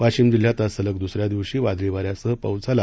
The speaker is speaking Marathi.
वाशीम जिल्ह्यात आज सलग दुसऱ्या दिवशी वादळी वाऱ्यासह पाऊस झाला